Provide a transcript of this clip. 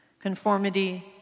Conformity